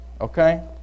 okay